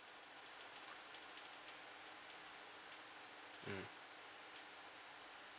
mm